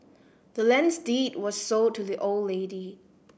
the land's deed was sold to the old lady